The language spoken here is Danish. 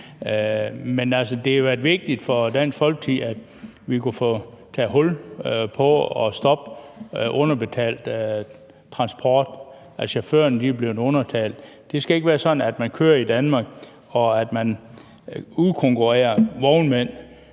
Men det har været vigtigt for Dansk Folkeparti, at vi har kunnet få taget hul på at stoppe underbetalt transport, altså at chaufførerne er blevet underbetalt. Det skal ikke være sådan, at man kører i Danmark, og at man udkonkurrerer vognmænd,